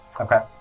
Okay